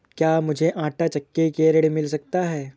क्या मूझे आंटा चक्की के लिए ऋण मिल सकता है?